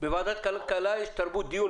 בוועדת הכלכלה יש תרבות דיון,